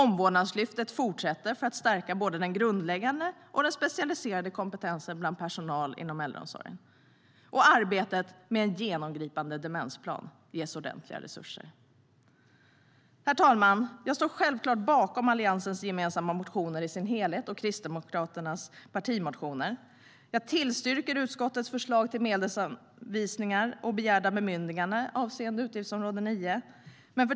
Omvårdnadslyftet fortsätter för att stärka både den grundläggande och den specialiserade kompetensen bland personal inom äldreomsorgen. Och arbetet med en genomgripande demensplan ges ordentliga resurser. Herr talman! Jag står självklart bakom Alliansens gemensamma motioner i deras helhet samt Kristdemokraternas partimotioner. Jag tillstyrker utskottets förslag till medelsanvisningar och begärda bemyndiganden avseende utgiftsområde 9.